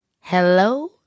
hello